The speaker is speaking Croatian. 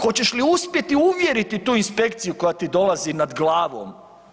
Hoćeš li uspjeti uvjeriti tu inspekciju koja ti dolazi nad glavom.